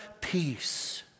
peace